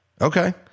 Okay